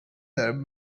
their